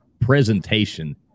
presentation